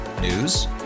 News